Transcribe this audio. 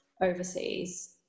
overseas